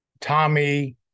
Tommy